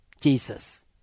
Jesus